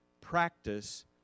practice